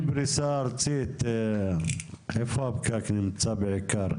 הפריסה הארצית איפה הפקק נמצא בעיקר?